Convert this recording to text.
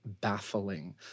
baffling